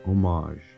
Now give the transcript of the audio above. homage